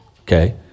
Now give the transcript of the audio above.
okay